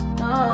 no